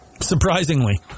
Surprisingly